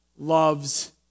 loves